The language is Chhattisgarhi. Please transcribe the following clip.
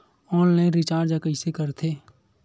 ऑनलाइन रिचार्ज कइसे करथे?